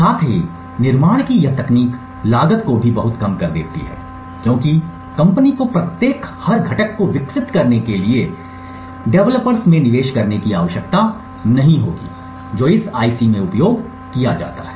साथ ही निर्माण की यह तकनीक लागत को भी बहुत कम कर देती है क्योंकि कंपनी को प्रत्येक और हर घटक को विकसित करने के लिए डेवलपर्स में निवेश करने की आवश्यकता नहीं होगी जो उस आईसी में उपयोग किया जाता है